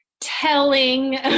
telling